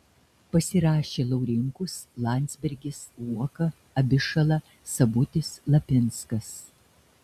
pasirašė laurinkus landsbergis uoka abišala sabutis lapinskas